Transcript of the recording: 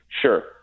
Sure